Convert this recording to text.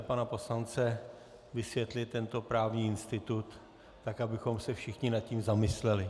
Nechte pana poslance vysvětlit tento právní institut tak, abychom se všichni nad tím zamysleli.